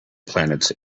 planets